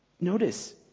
Notice